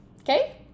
Okay